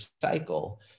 cycle